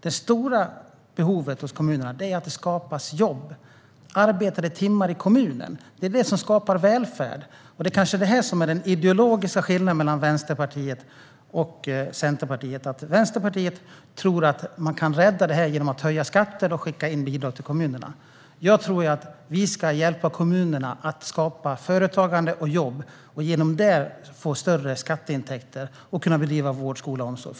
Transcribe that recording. Det stora behovet hos kommunerna är att det skapas jobb. Arbetade timmar i kommunen är det som skapar välfärd. Detta kanske är den ideologiska skillnaden mellan Vänsterpartiet och Centerpartiet. Vänsterpartiet tror att man kan rädda detta genom att höja skatten och skicka in bidrag till kommunerna. Jag tror att vi ska hjälpa kommunerna att skapa företagande och jobb och genom detta få större skatteintäkter så att de kan bedriva vård, skola och omsorg.